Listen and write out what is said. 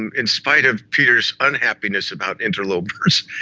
and in spite of peter's unhappiness about interlopers,